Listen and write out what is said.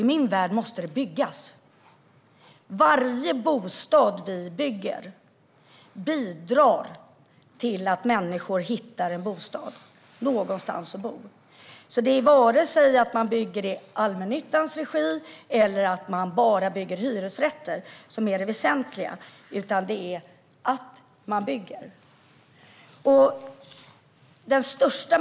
I min värld måste det byggas. Varje bostad vi bygger bidrar till att människor hittar en bostad och någonstans att bo. Det är varken att man bygger i allmännyttans regi eller att man bara bygger hyresrätter som är det väsentliga, utan det är att man bygger.